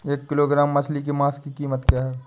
एक किलोग्राम मछली के मांस की कीमत क्या है?